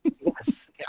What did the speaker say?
Yes